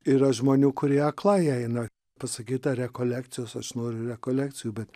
yra žmonių kurie aklai eina pasakyta rekolekcijos aš noriu rekolekcijų bet